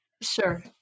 Sure